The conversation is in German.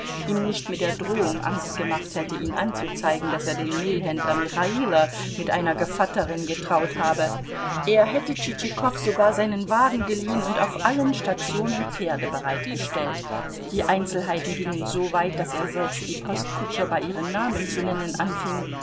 ihm nicht mit der drohung angst gemacht hätte ihn anzuzeigen daß er den mehlhändler michailo mit einer gevatterin getraut habe er hätte tschitschikow sogar seinen wagen geliehen und auf allen stationen pferde bereitgestellt die einzelheiten gingen so weit daß er selbst die postkutscher bei ihren namen zu nennen anfing